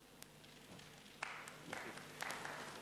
(מחיאות כפיים)